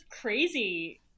crazy